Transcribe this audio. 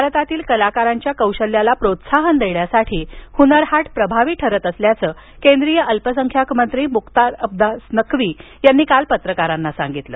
भारतातील कलाकारांच्या कौशल्याला प्रोत्साहन देण्यासाठी हुनर हाट प्रभावी ठरत असल्याचं केंद्रीय अल्पसंख्याक मंत्री मुख्तार अब्बास नक्वी यांनी काल पत्रकारांना सांगितलं